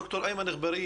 ד"ר איימן אגבאריה